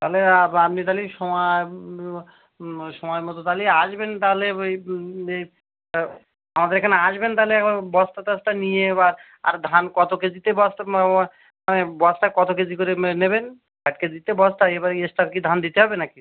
তাহলে আপ আপনি তাহলে সময় সময় মতো তাহলে আসবেন তাহলে ওই যে আমাদের এখানে আসবেন তাহলে একবার বস্তা টস্তা নিয়ে বা আর ধান কত কে জিতে বস্তা মানে বস্তায় কত কেজি করে নেবেন পাঁচ কেজি তো বস্তা এবার এক্সট্রা কি ধান দিতে হবে না কি